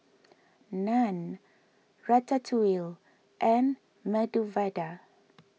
Naan Ratatouille and Medu Vada